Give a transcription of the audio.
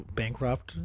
bankrupt